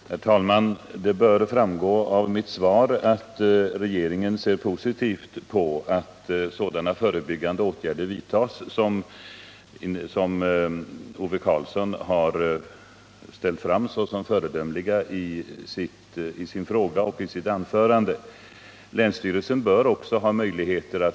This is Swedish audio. Herr talman! Det bör framgå av mitt svar att regeringen ser positivt på att det vidtas sådana förebyggande åtgärder som Ove Karlsson i sin fråga och i sitt anförande framhållit som föredömliga.